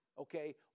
okay